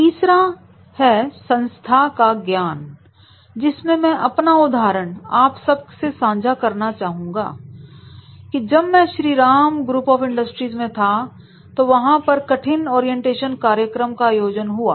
तीसरा है संस्था का ज्ञान जिसमें मैं अपना उदाहरण आप सब से सांझा करना चाहूंगा कि जब मैं श्रीराम ग्रुप ऑफ इंडस्ट्रीज में था तो वहां पर कठिन ओरिएंटेशन कार्यक्रम का आयोजन हुआ